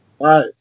right